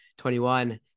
21